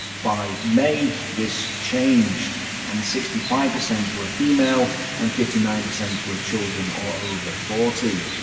by may, this changed and sixty five percent were female and fifty nine percent were children or over forty.